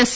yes